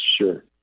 Sure